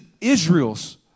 Israel's